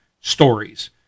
stories